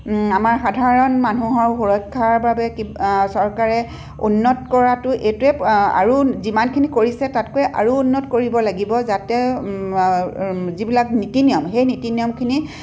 আমাৰ সাধাৰণ মানুহৰ সুৰক্ষাৰ বাবে কিবা চৰকাৰে উন্নত কৰাটো এইটোৱে আৰু যিমানখিনি কৰিছে তাতকৈ আৰু উন্নত কৰিব লাগিব যাতে যিবিলাক নীতি নিয়ম সেই নীতি নিয়মখিনি